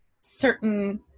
certain